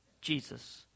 Jesus